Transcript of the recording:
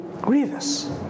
grievous